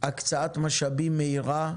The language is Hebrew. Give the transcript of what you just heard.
הקצאת משאבים מהירה,